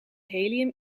helium